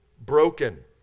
broken